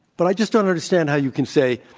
but i just don't understand how you can say,